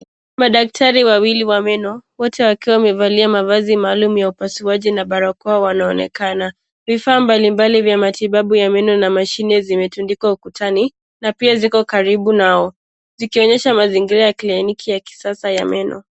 Madaktari wawili wa meno, watu wakiwa wamevali ya mavazi maalum ya upasuwaji na barakoa wanonekana. Rifaa mbali mbali ya matibabu ya meno na machine zimetundikwa ukutani, na pia ziko karibu nao. Zikionyesha mazingira ya kliniki ya kisasa ya meno.